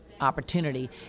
opportunity